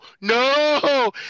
No